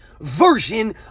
version